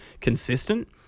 consistent